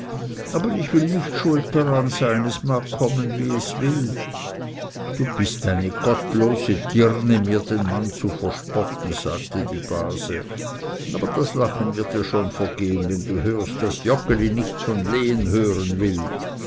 aber ich will nicht schuld daran sein es mag kommen wie es will du bist eine gottlose dirne mir den mann zu verspotten sagte die base aber das lachen wird dir schon vergehen wenn du hörst daß joggeli nichts vom lehen hören will